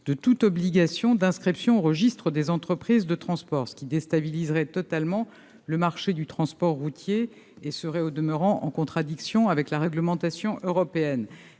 de toute obligation d'inscription au registre des entreprises de transport, ce qui déstabiliserait totalement le marché du transport routier et serait au demeurant en contradiction avec la réglementation européenne.